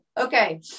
okay